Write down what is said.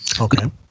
okay